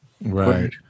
Right